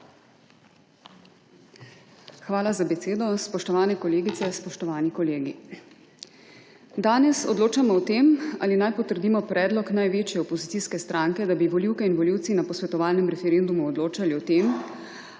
Hvala za besedo. Spoštovane kolegice, spoštovani kolegi! Danes odločamo o tem, ali naj potrdimo predlog največje opozicijske stranke, da bi volivke in volivci na posvetovalnem referendumu odločali o tem,